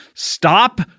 Stop